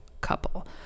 couple